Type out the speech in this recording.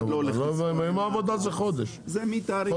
ימי עבודה זה חודש שלם,